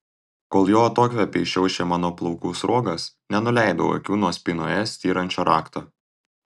kol jo atokvėpiai šiaušė mano plaukų sruogas nenuleidau akių nuo spynoje styrančio rakto